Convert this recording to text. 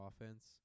offense